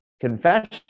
confession